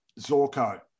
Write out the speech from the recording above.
Zorco